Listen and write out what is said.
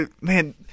Man